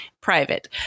private